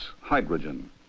hydrogen